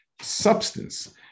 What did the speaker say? substance